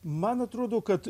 man atrodo kad